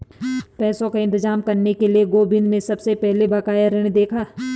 पैसों का इंतजाम करने के लिए गोविंद ने सबसे पहले बकाया ऋण देखा